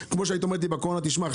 כמו שהיית אומרת לי בקורונה שמע,